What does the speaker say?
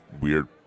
weird